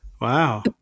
Wow